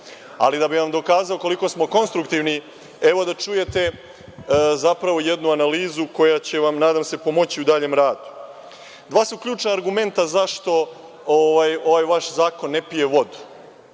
volite. Da bih vam dokazao koliko smo konstruktivni, evo da čujete zapravo jednu analizu koja će vam nadam se pomoći u daljem radu. Dva su ključna argumenta zašto ovaj vaš zakon ne pije vodu.